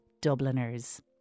Dubliners